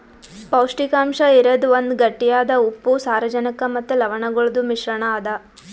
ಪೌಷ್ಟಿಕಾಂಶ ಇರದ್ ಒಂದ್ ಗಟ್ಟಿಯಾದ ಉಪ್ಪು, ಸಾರಜನಕ ಮತ್ತ ಲವಣಗೊಳ್ದು ಮಿಶ್ರಣ ಅದಾ